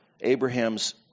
Abraham's